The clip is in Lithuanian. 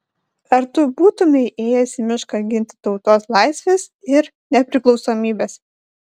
ar tu būtumei ėjęs į mišką ginti tautos laisvės ir nepriklausomybės